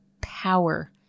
power